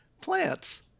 plants